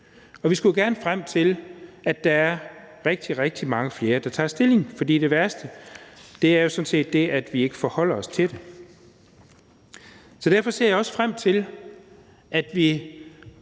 Vi skal jo gerne frem til, at der er mange, mange flere, der tager stilling, for det værste er jo sådan set det, at vi ikke forholder os til det. Derfor er jeg også glad for, at vi